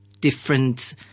different